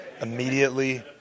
immediately